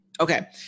okay